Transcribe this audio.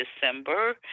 december